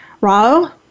Rao